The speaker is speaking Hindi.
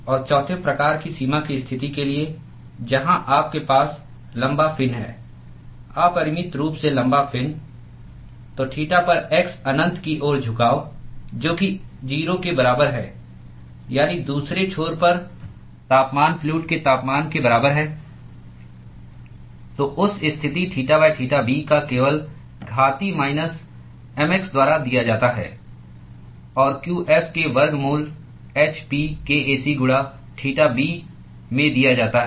और चौथे प्रकार की सीमा की स्थिति के लिए जहां आपके पास लंबा फिन है अपरिमित रूप से लंबा फिन तो थीटा पर x अनंत की ओर झुकाव जो कि 0 के बराबर है यानी दूसरे छोर पर तापमान फ्लूअड के तापमान के बराबर है तो उस स्थिति थीटा थीटा b को केवल घातीय माइनस mx द्वारा दिया जाता है और qf के वर्गमूल hPkAc गुणा थीटा b में दिया जाता है